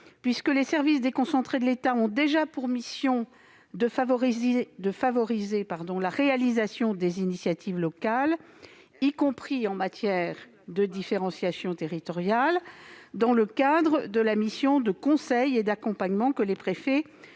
puisque les services déconcentrés de l'État ont déjà pour mission de favoriser la réalisation des initiatives locales, y compris en matière de différenciation territoriale, dans le cadre de la mission de conseil et d'accompagnement que les préfets